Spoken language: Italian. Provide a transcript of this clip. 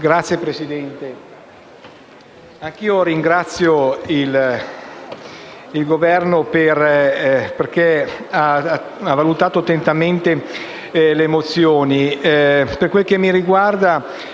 Signor Presidente, anch'io ringrazio il Governo perché ha valutato attentamente le mozioni. Per quanto mi riguarda,